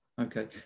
Okay